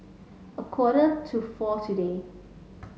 a quarter to four today